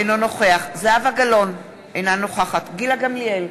אינו נוכח זהבה גלאון, אינה נוכחת גילה גמליאל,